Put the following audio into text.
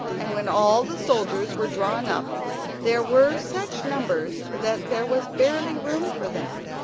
and when all the soldiers were drawn up there were such numbers that there was barely room for them.